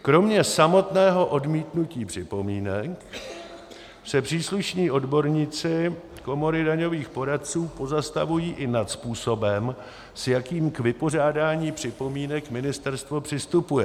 Kromě samotného odmítnutí připomínek se příslušní odborníci Komory daňových poradců pozastavují i nad způsobem, s jakým k vypořádání připomínek ministerstvo přistupuje.